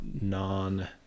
non